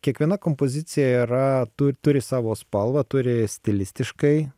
kiekviena kompozicija yra tu turi savo spalvą turi stilistiškai